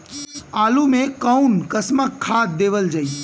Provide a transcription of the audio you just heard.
आलू मे कऊन कसमक खाद देवल जाई?